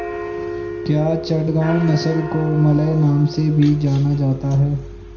क्या चटगांव नस्ल को मलय नाम से भी जाना जाता है?